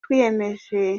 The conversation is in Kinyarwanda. twiyemeje